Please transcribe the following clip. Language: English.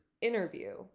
interview